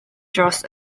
dros